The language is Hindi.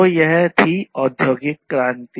तो यह थी औद्योगिक क्रांति